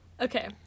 Okay